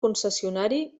concessionari